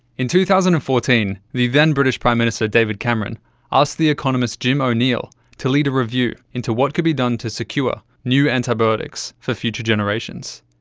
in two thousand and fourteen, the then british prime minister david cameron asked the economist jim o'neill to lead a review into what could be done to secure new antibiotics for future generations.